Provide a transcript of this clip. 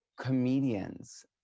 comedians